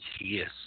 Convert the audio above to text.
Yes